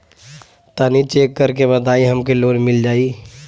तनि चेक कर के बताई हम के लोन मिल जाई?